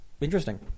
Interesting